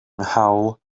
nghawl